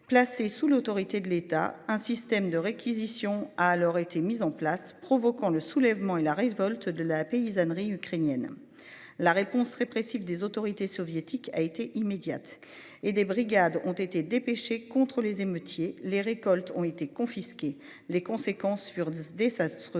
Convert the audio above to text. placée sous l'autorité de l'État, un système de réquisition a alors été mise en place, provoquant le soulèvement et la révolte de la paysannerie ukrainienne. La réponse répressive des autorités soviétiques a été immédiate et des brigades ont été dépêchés contre les émeutiers, les récoltes ont été confisqués. Les conséquences sur 10 désastreuse,